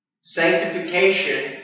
Sanctification